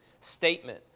statement